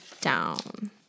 down